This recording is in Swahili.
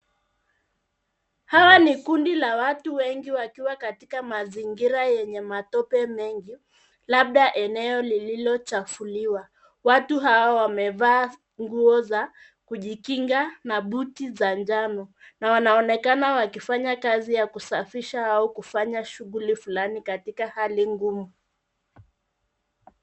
Hili ni kundi la watu wengi walio katika mazingira yenye matope mengi, labda eneo lililochafuka. Watu hawa wamevaa nguo za kujikinga na buti za njano, na wanaonekana wakifanya kazi ya kusafisha au kufanya shughuli fulani katika hali ngumu.